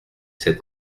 sept